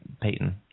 Peyton